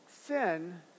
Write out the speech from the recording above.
Sin